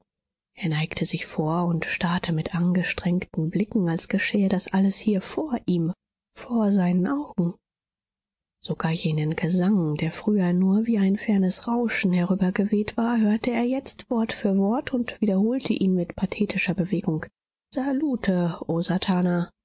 er neigte sich vor und starrte mit angestrengten blicken als geschähe das alles hier vor ihm vor seinen augen sogar jenen gesang der früher nur wie ein fernes rauschen herübergeweht war hörte er jetzt wort für wort und wiederholte ihn mit pathetischer bewegung salute o satana